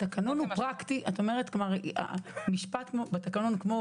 כלומר משפט בתקנון כמו